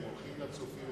הם הולכים לצופים,